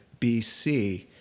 BC